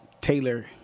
Taylor